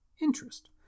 interest